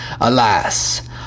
alas